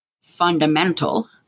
fundamental